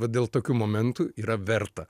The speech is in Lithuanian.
vat dėl tokių momentų yra verta